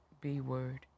b-word